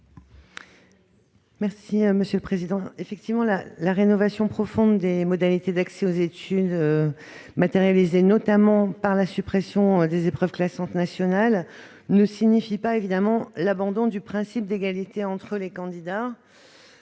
Quel est l'avis du Gouvernement ? La rénovation profonde des modalités d'accès aux études, manifestée notamment par la suppression des épreuves classantes nationales, ne signifie évidemment pas l'abandon du principe d'égalité entre les candidats.